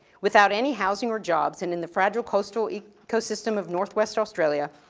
without any housing or jobs, and in the fragile coastal ecosystem of northwest australia,